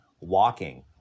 walking